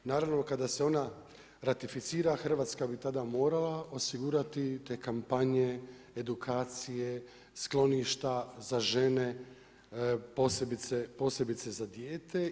Naravno kada se ona ratificira Hrvatska bi tada morala osigurati te kampanje, edukacije, skloništa za žene, posebice za dijete.